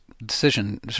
decision